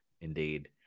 Indeed